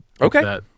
Okay